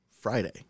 Friday